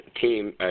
team